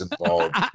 involved